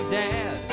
dad